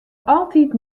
altyd